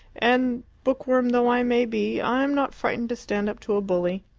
and, book-worm though i may be, i am not frightened to stand up to a bully.